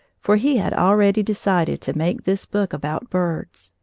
for he had already decided to make this book about birds.